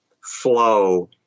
flow